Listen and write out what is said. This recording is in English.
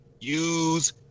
use